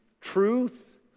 truth